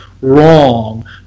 wrong